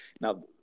Now